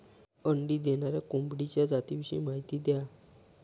अंडी देणाऱ्या कोंबडीच्या जातिविषयी माहिती द्या